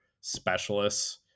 specialists